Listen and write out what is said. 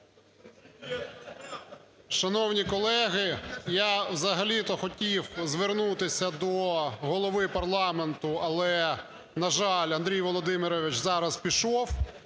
Шановні колеги, я взагалі-то хотів звернутися до Голови парламенту, але, на жаль, Андрій Володимирович зараз пішов,